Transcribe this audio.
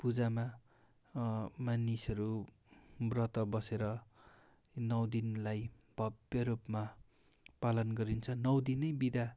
पूजामा मानिसहरू व्रत बसेर नौ दिनलाई भव्य रूपमा पालन गरिन्छ नौ दिन नै बिदा